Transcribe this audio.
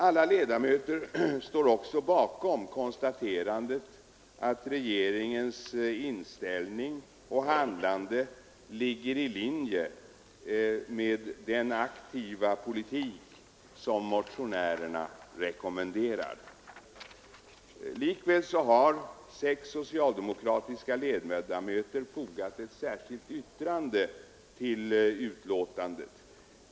Alla ledamöter står också bakom konstaterandet att vår regerings inställning och handlande ligger i linje med den aktiva politik som motionärerna rekommenderar. Likväl har sex socialdemokratiska ledamöter som anslutit sig till allt vad utskottet sagt fogat ett särskilt yttrande till betänkandet.